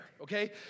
okay